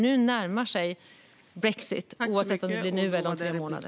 Nu närmar sig brexit, oavsett om det blir nu eller om tre månader.